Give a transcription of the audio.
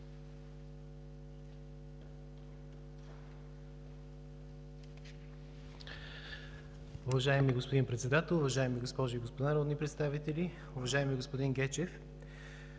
Уважаеми господин Председател, уважаеми госпожи и господа народни представители! Уважаеми господин Гечев,